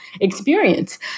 experience